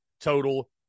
total